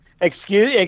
Excuse